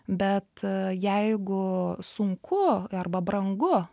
bet jeigu sunku arba brangu